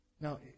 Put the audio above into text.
Now